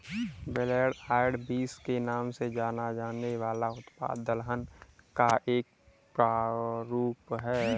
black eyed beans के नाम से जाना जाने वाला उत्पाद दलहन का एक प्रारूप है